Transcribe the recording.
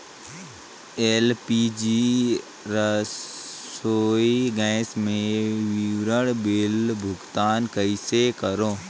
LPG रसोई gas के विवरण बिल भुगतान कइसे करों?